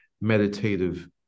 meditative